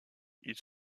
ils